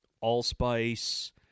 allspice